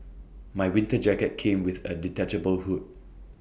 my winter jacket came with A detachable hood